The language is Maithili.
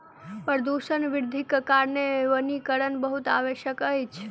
प्रदूषण वृद्धिक कारणेँ वनीकरण बहुत आवश्यक अछि